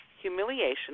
humiliation